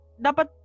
dapat